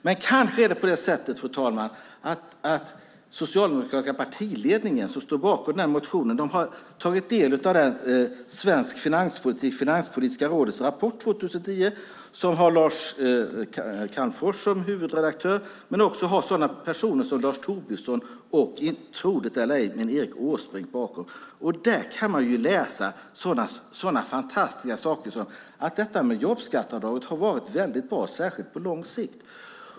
Det kanske är på det sättet, fru talman, att den socialdemokratiska partiledningen som står bakom motionen har tagit del av Svensk finanspolitik , Finanspolitiska rådets rapport 2010, som har Lars Calmfors som huvudredaktör men också har sådana personer som Lars Tobisson och - tro det eller ej - Erik Åsbrink bakom sig. Där kan man läsa sådana fantastiska saker som att jobbskatteavdraget har varit väldigt bra, särskilt på lång sikt.